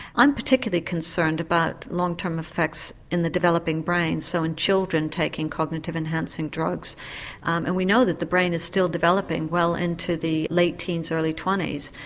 i'm particularly concerned about long-term effects in the developing brain, so in children taking cognitive enhancing drugs and we know that the brain is still developing developing well into the late teens, early twenties,